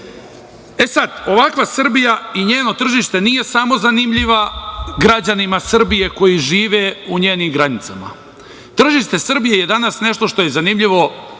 sad, ovakva Srbija i njeno tržište nije samo zanimljiva građanima Srbije koji žive u njenim granicama. Tržište Srbije je danas nešto što je zanimljivo